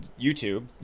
YouTube